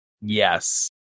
Yes